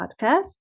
podcast